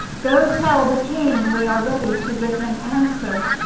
go tell the king we are ready to give him answer.